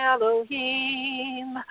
Elohim